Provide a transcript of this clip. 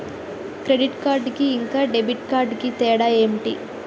Credit card కి ఇంకా debit card కి తేడా ఏంటి?